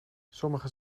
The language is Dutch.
sommige